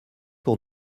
pour